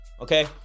Okay